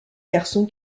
garçon